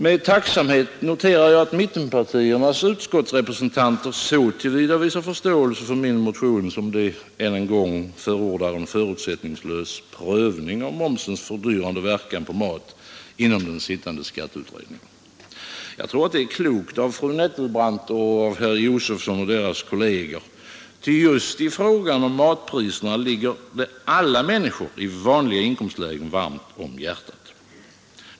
Med tacksamhet noterar jag att mittenpartiernas utskottsrepresentanter så till vida visar förståelse för min motion som de än en gång förordar en förutsättningslös prövning av momsens fördyrande verkan på mat inom den sittande skatteutredningen. Jag tror att det är klokt av fru Nettelbrandt och herr Josefson i Arrie och deras kolleger, ty just frågan om matpriserna ligger alla människor i vanliga inkomstlägen varmt om hjärtat.